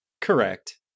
Correct